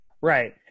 Right